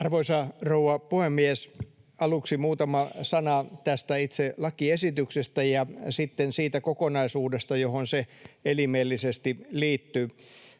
Arvoisa rouva puhemies! Aluksi muutama sana tästä itse lakiesityksestä ja sitten siitä kokonaisuudesta, johon se elimellisesti liittyy.